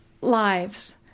lives